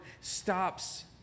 stops